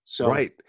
Right